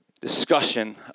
discussion